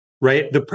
right